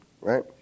right